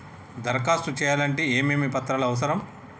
దరఖాస్తు చేయాలంటే ఏమేమి పత్రాలు అవసరం?